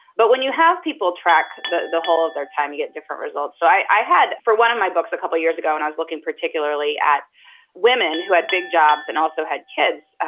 but when you have people track the the whole of their time, you get different results. so i had for one of my books a couple of years ago when i was looking particularly at women who had big jobs and also had kids.